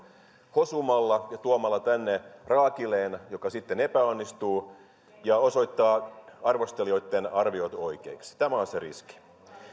hosumalla ja tuomalla tänne raakileen joka sitten epäonnistuu ja osoittaa arvostelijoitten arviot oikeiksi tämä on se riski